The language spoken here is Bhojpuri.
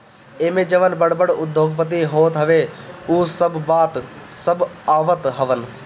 एमे जवन बड़ बड़ उद्योगपति होत हवे उ सब आवत हवन